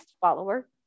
follower